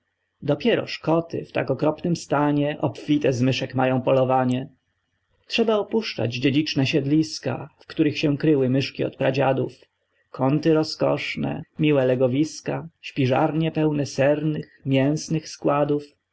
dopieroż koty w tak okropnym stanie obfite z myszek mają polowanie trzeba opuszczać dziedziczne siedliska w których się kryły myszki od pradziadów kąty roskoszne miłe legowiska śpiżarnie pełne sernych mięsnych składów